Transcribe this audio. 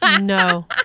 No